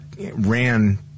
ran